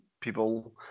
People